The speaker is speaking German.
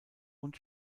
und